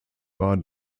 war